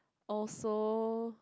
also